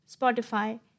Spotify